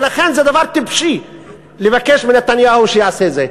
ולכן זה דבר טיפשי לבקש מנתניהו שיעשה את זה.